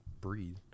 breathe